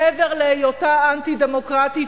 מעבר להיותה אנטי-דמוקרטית,